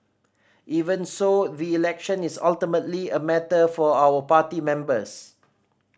even so the election is ultimately a matter for our party members